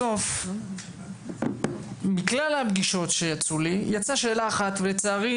בסוף מכלל הפגישות שיצאו לי יצאה שאלה אחת ולצערי